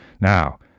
Now